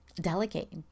delegate